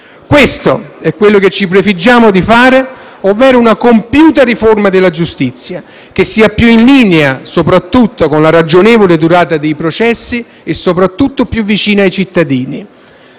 Questo è quello che ci prefiggiamo di fare, ovvero una compiuta riforma della giustizia, che sia più in linea con la ragionevole durata dei processi e soprattutto più vicina ai cittadini: